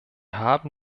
haben